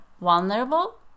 vulnerable